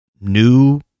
new